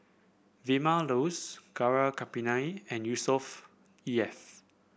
Vilma Laus Gaurav Kripalani and Yusnor Ef